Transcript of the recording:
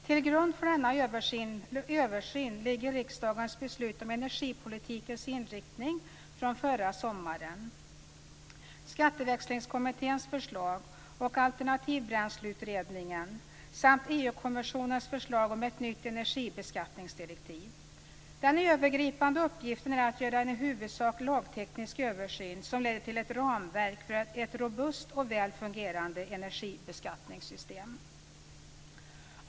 Till grund för denna översyn ligger riksdagens beslut om energipolitikens inriktning från förra sommaren, skatteväxlingskommitténs förslag och alternativbränsleutredningen samt EU-kommissionens förslag om ett nytt energibeskattningsdirektiv. Den övergripande uppgiften är att göra en i huvudsak lagteknisk översyn som leder till ett ramverk för ett robust och väl fungerande energibeskattningssystem.